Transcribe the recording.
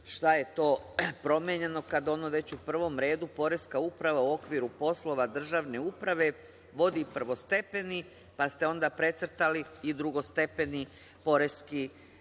šta je to promenjeno, kad ono već u prvom redu - poreska uprava u okviru poslova državne uprave vodi prvostepeni, pa ste onda precrtali - i drugostepeni poreski postupak.